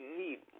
need